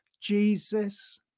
Jesus